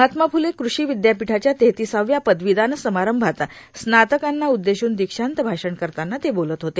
महात्मा फुले कृषि विद्यापीठाच्या तेहतीसाव्या पदवीप्रदान समारंभात स्नातकांना उद्देशून दीक्षांत भाषण करतांना ते बोलत होते